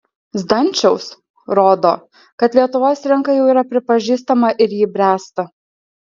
zdančiaus rodo kad lietuvos rinka jau yra pripažįstama ir ji bręsta